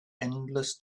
endless